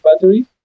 battery